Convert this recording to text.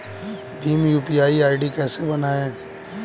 Bhim UPI ID कैसे बनाएं?